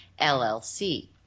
LLC